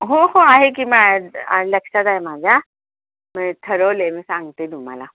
हो हो आहे की मा लक्षात आहे माझ्या म्हणजे ठरवले मी सांगते तुम्हाला